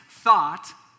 Thought